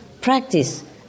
Practice